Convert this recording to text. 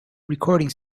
recording